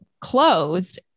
closed